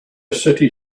city